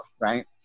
right